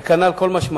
וכנ"ל כל מה שמנית.